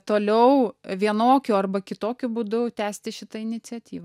toliau vienokiu arba kitokiu būdu tęsti šitą iniciatyvą